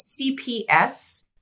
CPS